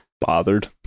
Bothered